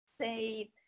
say